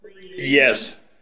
Yes